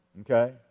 okay